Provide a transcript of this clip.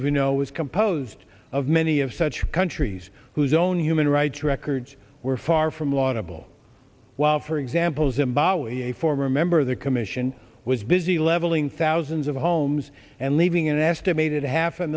of you know is composed of many of such countries whose own human rights records were far from laudable while for example zimbabwe a former member of the commission was busy leveling thousands of homes and leaving an estimated half a